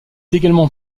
également